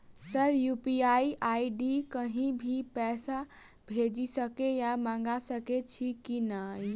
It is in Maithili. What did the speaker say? सर यु.पी.आई आई.डी सँ कहि भी पैसा भेजि सकै या मंगा सकै छी की न ई?